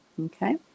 okay